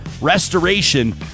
restoration